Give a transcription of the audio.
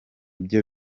byo